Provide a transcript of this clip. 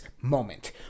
moment